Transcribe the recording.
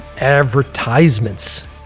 advertisements